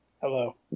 Hello